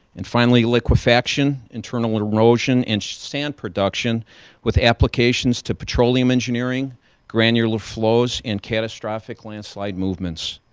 and finally liquefaction. internal erosion in sand production with applications to petroleum engineering granular flows in catastrophic landslide movements.